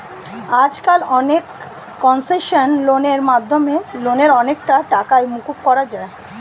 আজকাল অনেক কনসেশনাল লোনের মাধ্যমে লোনের অনেকটা টাকাই মকুব করা যায়